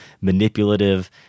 manipulative